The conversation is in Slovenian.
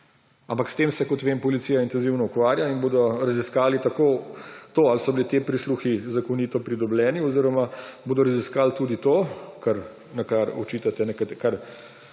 Ampak s tem se, kot vem, policija intenzivno ukvarja in bodo raziskali tako to, ali so bili ti prisluhi zakonito pridobljeni, oziroma bodo raziskali tudi to, kar nekatere vztrajno